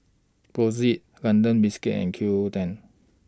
Brotzeit London Biscuits and Q O O ten